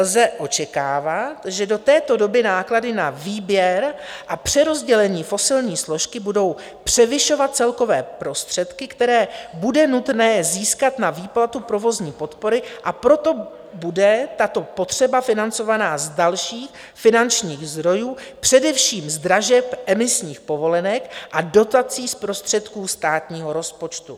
Lze očekávat, že do této doby náklady na výběr a přerozdělení fosilní složky budou převyšovat celkové prostředky, které bude nutné získat na výplatu provozní podpory, a proto bude tato potřeba financována z dalších finančních zdrojů, především z dražeb emisních povolenek a dotací z prostředků státního rozpočtu.